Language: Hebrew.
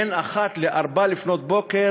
בין 1:00 ל-4:00 לפנות בוקר,